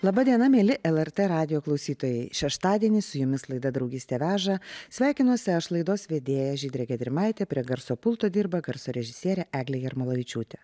laba diena mieli lrt radijo klausytojai šeštadienį su jumis laida draugystė veža sveikinuosi aš laidos vedėja žydrė gedrimaitė prie garso pulto dirba garso režisierė eglė jarmalavičiūtė